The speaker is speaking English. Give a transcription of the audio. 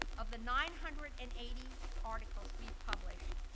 of the nine hundred and eighty articles we've published,